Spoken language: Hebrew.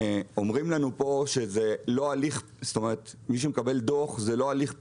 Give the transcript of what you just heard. אומרים לנו פה שמי שמקבל דוח זה לא הליך פלילי.